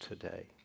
today